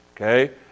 okay